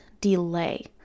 delay